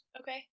Okay